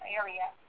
area